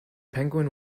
penguin